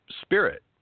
spirit